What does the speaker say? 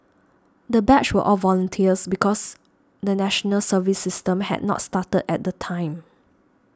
the batch were all volunteers because the National Service system had not started at the time